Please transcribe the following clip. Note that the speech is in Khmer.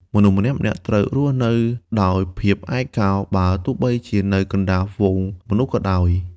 មនុស្សម្នាក់ៗត្រូវរស់នៅដោយភាពឯកោ បើទោះបីជានៅកណ្តាលហ្វូងមនុស្សក៏ដោយ។